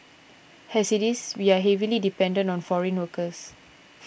has it is we are heavily dependent on foreign workers